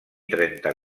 trenta